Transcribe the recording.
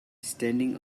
standing